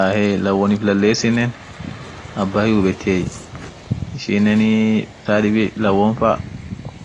ahey lawonif lallesinen abba hihubetiey, ishinenii saa dibi lawon fa